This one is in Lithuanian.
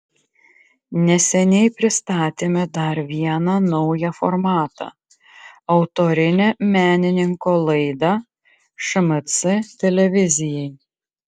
neseniai pristatėme dar vieną naują formatą autorinę menininko laidą šmc televizijai